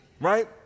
Right